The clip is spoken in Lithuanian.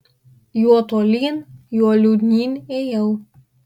juo tolyn juo liūdnyn ėjau